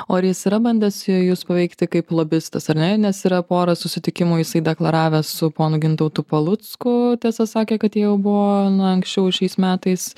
o ar jis yra bandęs jus paveikti kaip lobistas ar ne nes yra porą susitikimų jisai deklaravęs su ponu gintautu palucku tiesa sakė kad jie jau buvo na anksčiau šiais metais